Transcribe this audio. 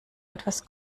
etwas